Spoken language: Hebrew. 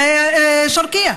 בערבית: מדינת פלסטין העצמאית,